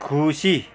खुसी